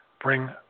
bring